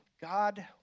God